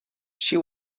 she